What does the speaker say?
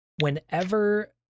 whenever